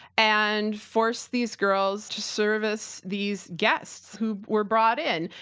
and force these girls to service these guests who were brought in.